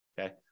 Okay